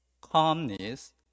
calmness